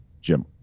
Jim